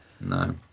no